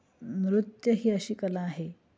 नृत्य ही अशी कला आहे